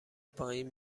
پایین